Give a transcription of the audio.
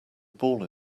ball